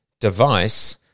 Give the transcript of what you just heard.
device